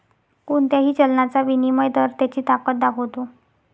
कोणत्याही चलनाचा विनिमय दर त्याची ताकद दाखवतो